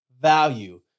value